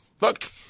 look